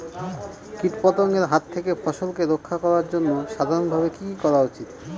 কীটপতঙ্গের হাত থেকে ফসলকে রক্ষা করার জন্য সাধারণভাবে কি কি করা উচিৎ?